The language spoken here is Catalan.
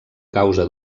causa